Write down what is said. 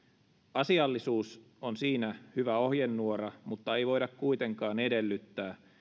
asiallisuus on siinä hyvä ohjenuora mutta ei voida kuitenkaan edellyttää